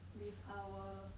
with our